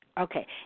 Okay